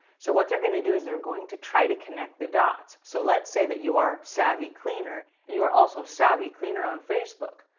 so what are going to do, is they're going to try to connect the dots. so let's say that you are savvy cleaner and you are also savvy cleaner on facebook.